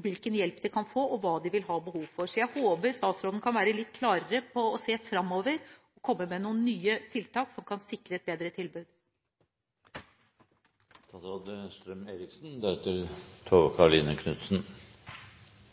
hvilken hjelp de kan få, og hva de vil ha behov for. Jeg håper statsråden kan være litt klarere, se framover og komme med noen nye tiltak som kan sikre et bedre